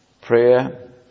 prayer